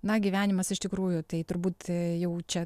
na gyvenimas iš tikrųjų tai turbūt jau čia